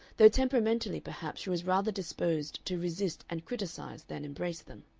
though temperamentally perhaps she was rather disposed to resist and criticise than embrace them.